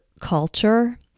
culture